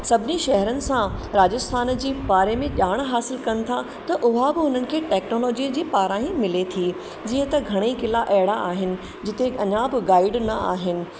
सभिनी शहरनि सां राजस्थान जी बारे में ॼाण हासिल कनि था त उहा बि उन्हनि खे टेक्नोलॉजी जे पारां ई खे मिले थी जीअं त घणई किला अहिड़ा आहिनि जिते अञा ब गाइड न आहिनि